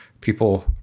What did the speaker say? people